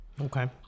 okay